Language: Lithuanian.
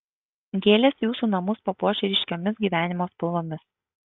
gėlės jūsų namus papuoš ryškiomis gyvenimo spalvomis